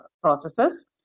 processes